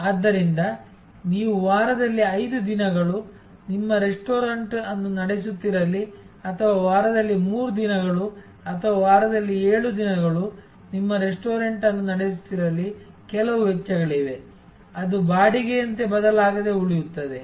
ಆದ್ದರಿಂದ ನೀವು ವಾರದಲ್ಲಿ 5 ದಿನಗಳು ನಿಮ್ಮ ರೆಸ್ಟೋರೆಂಟ್ ಅನ್ನು ನಡೆಸುತ್ತಿರಲಿ ಅಥವಾ ವಾರದಲ್ಲಿ 3 ದಿನಗಳು ಅಥವಾ ವಾರದಲ್ಲಿ 7 ದಿನಗಳು ನಿಮ್ಮ ರೆಸ್ಟೋರೆಂಟ್ ಅನ್ನು ನಡೆಸುತ್ತಿರಲಿ ಕೆಲವು ವೆಚ್ಚಗಳಿವೆ ಅದು ಬಾಡಿಗೆಯಂತೆ ಬದಲಾಗದೆ ಉಳಿಯುತ್ತದೆ